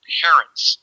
parents